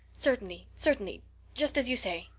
certainly certainly just as you say,